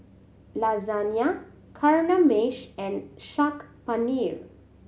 Lasagna Kamameshi and Saag Paneer